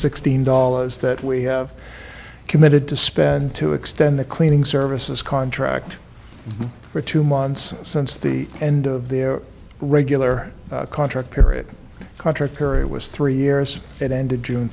sixteen dollars that we have committed to spend to extend the cleaning services contract for two months since the end of their regular contract period contract period was three years and ended june